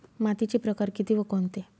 मातीचे प्रकार किती व कोणते?